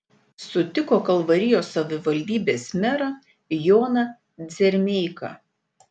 sutiko kalvarijos savivaldybės merą joną dzermeiką